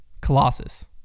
Colossus